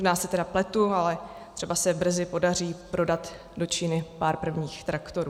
Možná se pletu, ale třeba se brzy podaří prodat do Číny pár prvních traktorů.